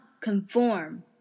conform